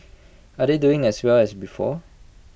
are they doing as well as before